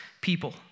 people